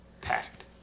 packed